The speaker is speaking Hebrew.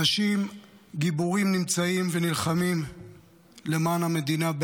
אנשים גיבורים נמצאים בעזה ונלחמים למען המדינה,